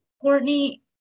Courtney